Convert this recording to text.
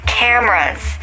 cameras